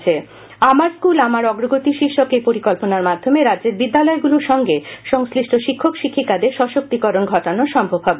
আমার স্কুল আমার অগ্রগতি শীর্ষক এই পরিকল্পনার মাধ্যমে রাজ্যের বিদ্যালয়গুলোর সঙ্গে সংশ্লিষ্ট শিক্ষক শিক্ষিকাদের সশক্তিকরণ ঘটানো সম্ভব হবে